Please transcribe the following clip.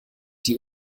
die